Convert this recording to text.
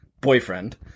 boyfriend